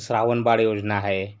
श्रावण बाळ योजना आहे